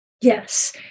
Yes